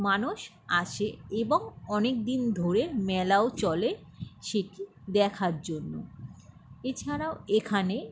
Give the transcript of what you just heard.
মানুষ আসে এবং অনেকদিন ধরে মেলাও চলে সেটি দেখার জন্য এছাড়াও এখানে